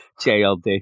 JLD